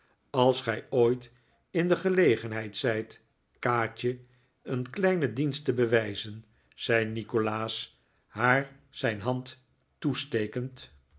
als gij ooit in de gelegenheid zijt kaatje een kleinen dienst te bewijzen zei nikolaas haar zijn hand toestekend